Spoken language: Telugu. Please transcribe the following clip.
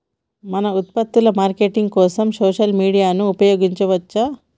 మన ఉత్పత్తుల మార్కెటింగ్ కోసం సోషల్ మీడియాను ఉపయోగించవచ్చా?